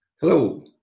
Hello